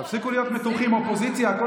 תפסיקו להיות מתוחים, אופוזיציה.